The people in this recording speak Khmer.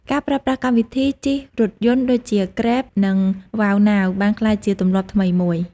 ការប្រើប្រាស់កម្មវិធីជិះរថយន្តដូចជា Grab និង វ៉ាវណាវ (WowNow) បានក្លាយជាទម្លាប់ថ្មីមួយ។